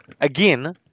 again